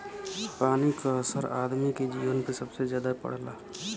पानी क असर आदमी के जीवन पे सबसे जादा पड़ला